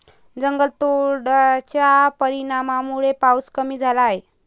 जंगलतोडाच्या परिणामामुळे पाऊस कमी झाला आहे